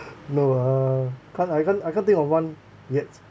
no ah can't I can't I can't think of one yet